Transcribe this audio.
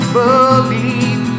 believe